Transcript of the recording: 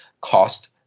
cost